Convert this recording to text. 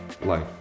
life